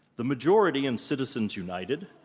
the majority in citizens united,